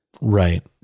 right